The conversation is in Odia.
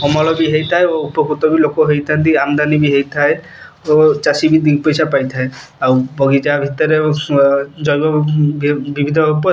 ହଳ ବି ହେଇଥାଏ ଓ ଉପକୃତ ବି ଲୋକ ହେଇଥାନ୍ତି ଆମଦାନୀ ବି ହେଇଥାଏ ଓ ଚାଷୀ ବି ଦୁଇ ପଇସା ପାଇଥାଏ ଆଉ ବଗିଚା ଭିତରେ ଜୈବବିବିଧ